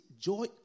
joy